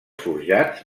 forjats